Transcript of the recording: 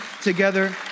together